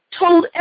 told